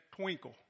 twinkle